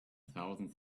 thousands